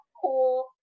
Cool